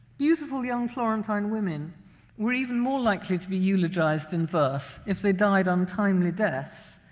beautiful young florentine women were even more likely to be eulogized in verse if they died untimely deaths,